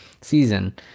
season